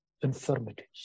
infirmities